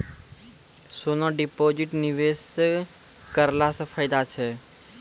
सोना deposit निवेश करला से फैदा छै?